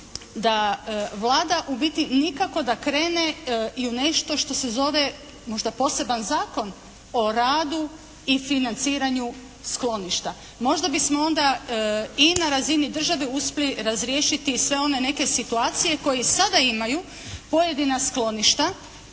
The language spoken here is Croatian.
da Vlada u biti nikako da krene i u nešto što se zove možda poseban Zakon o radu i financiranju skloništa. Možda bismo onda i na razini države uspjeli razriješiti sve one neke situacije koje i sada imaju pojedina skloništa